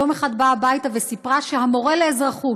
היא יום אחד באה הביתה וסיפרה שהמורה לאזרחות,